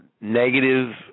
negative